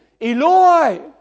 Eloi